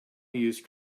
use